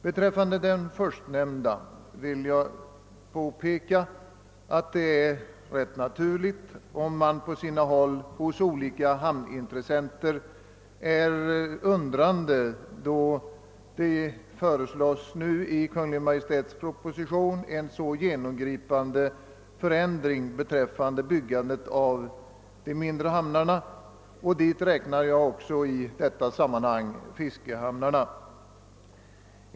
Beträffande den förstnämnda vill jag påpeka att det är rätt naturligt om olika hamnintressenter ställer sig undrande, då det nu i Kungl. Maj:ts proposition föreslås en så genomgripande förändring beträffande byggandet av mindre hamnar; dit räknar jag också fiskehamnarna.